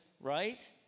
right